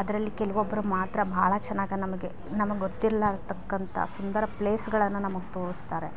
ಅದರಲ್ಲಿ ಕೆಲವೊಬ್ರು ಮಾತ್ರ ಭಾಳ ಚೆನ್ನಾಗಿ ನಮಗೆ ನಮಗೆ ಗೊತ್ತಿಲ್ಲಾರ್ತಕ್ಕಂಥ ಸುಂದರ ಪ್ಲೇಸ್ಗಳನ್ನು ನಮಗೆ ತೋರಿಸ್ತಾರೆ